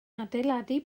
adeiladu